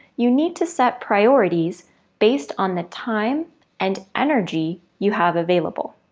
you need to set priorities based on the time and energy you have available.